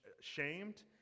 shamed